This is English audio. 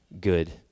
good